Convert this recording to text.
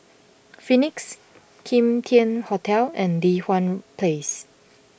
Phoenix Kim Tian Hotel and Li Hwan Place